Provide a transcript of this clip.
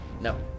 No